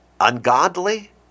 ungodly